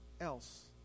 else